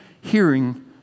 hearing